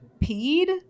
peed